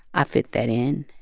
i fit that in.